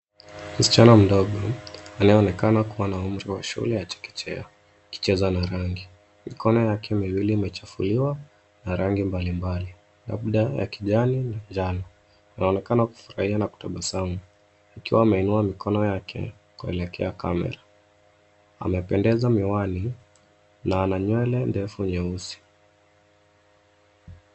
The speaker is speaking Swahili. Msichana mdogo, anayeonekana kuwa na umri wa shule ya chekechea, akicheza na rangi. Mikono yake miwili imechafuliwa na rangi mbalimbali labda ya kijani na njano. Anaonekana kufurahia na kutabasamu akiwa ameinua mikono yake kuelekea kamera. Amependeza miwani na ana nywele ndefu nyeusi.